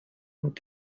und